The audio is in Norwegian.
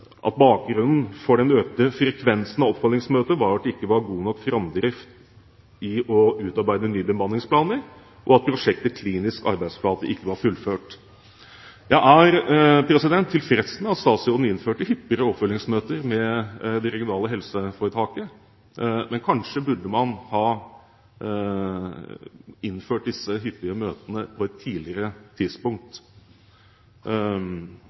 bakgrunnen for den økte frekvensen av oppfølgingsmøter med at det ikke var god nok framdrift i utarbeidelsen av nye bemanningsplaner og at prosjektet Klinisk arbeidsflate ikke var fullført. Jeg er tilfreds med at statsråden innførte hyppigere oppfølgingsmøter med det regionale helseforetaket, men kanskje burde man ha innført disse hyppige møtene på et tidligere tidspunkt.